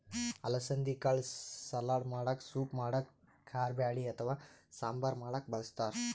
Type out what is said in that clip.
ಅಲಸಂದಿ ಕಾಳ್ ಸಲಾಡ್ ಮಾಡಕ್ಕ ಸೂಪ್ ಮಾಡಕ್ಕ್ ಕಾರಬ್ಯಾಳಿ ಅಥವಾ ಸಾಂಬಾರ್ ಮಾಡಕ್ಕ್ ಬಳಸ್ತಾರ್